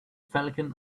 falcon